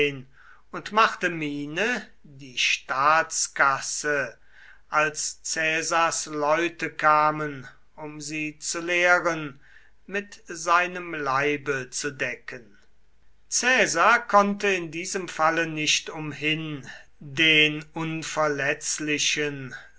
und machte miene die staatskasse als caesars leute kamen um sie zu leeren mit seinem leibe zu decken caesar konnte in diesem falle nicht umhin den unverletzlichen